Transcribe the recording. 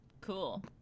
Cool